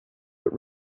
but